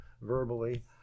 verbally